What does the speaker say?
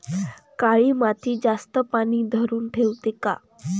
काळी माती जास्त पानी धरुन ठेवते का?